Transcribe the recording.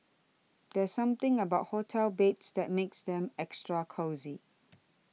there's something about hotel beds that makes them extra cosy